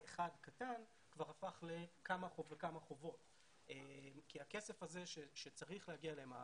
קטן כבר הפך לכמה חובות כי הכסף הזה שצריך להגיע אליהם,